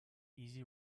easy